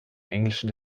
englischen